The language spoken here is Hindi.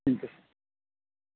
ठीक है